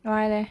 why leh